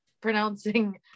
pronouncing